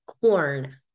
corn